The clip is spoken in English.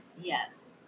Yes